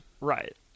Right